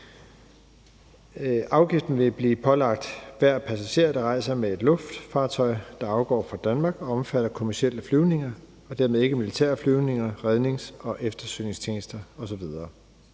Afgiften vil blive pålagt hver passager, der rejser med et luftfartøj, der afgår fra Danmark, og omfatter kommercielle flyvninger og dermed ikke militære flyvninger, rednings- og eftersøgningstjenester osv.